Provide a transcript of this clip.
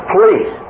Please